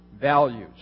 values